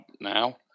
now